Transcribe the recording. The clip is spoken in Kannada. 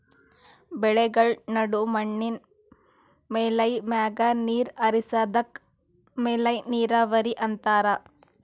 ಬೆಳೆಗಳ್ಮ ನಡು ಮಣ್ಣಿನ್ ಮೇಲ್ಮೈ ಮ್ಯಾಗ ನೀರ್ ಹರಿಸದಕ್ಕ ಮೇಲ್ಮೈ ನೀರಾವರಿ ಅಂತಾರಾ